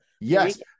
Yes